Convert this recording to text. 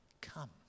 come